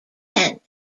kent